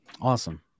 Awesome